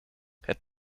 het